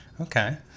okay